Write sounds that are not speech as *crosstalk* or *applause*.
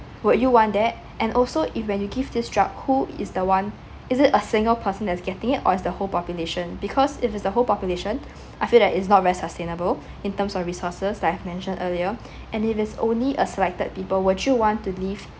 would you want that *breath* and also if when you give this drug who is the one *breath* is it a single person that's getting it or is the whole population because if it's the whole population *breath* I feel that it's not very sustainable *breath* in terms of resources like I mentioned earlier *breath* and if it's only a selected people would you want to live